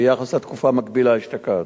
ביחס לתקופה המקבילה אשתקד,